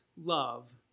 love